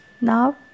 Now